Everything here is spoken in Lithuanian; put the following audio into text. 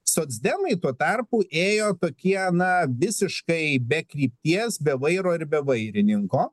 socdemai tuo tarpu ėjo tokie na visiškai be krypties be vairo ir be vairininko